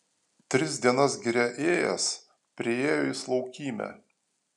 tris dienas giria ėjęs priėjo jis laukymę